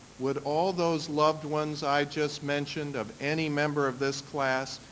would all those loved ones i just mentioned of any member of this class,